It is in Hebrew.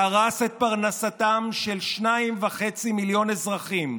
והרס את פרנסתם של 2.5 מיליון אזרחים.